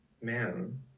man